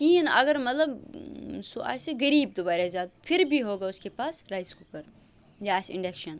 کِہیٖنۍ نہٕ اگر مطلب سُہ آسہِ غریٖب تہِ واریاہ زیادٕ پھر بی ہو گا اُس کے پاس رایِس کُکَر یا آسہِ اِنڈَیٚکشَن